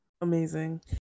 Amazing